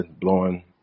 blowing –